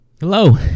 Hello